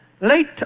late